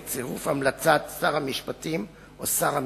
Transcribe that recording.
בצירוף המלצת שר המשפטים או שר הביטחון.